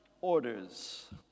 orders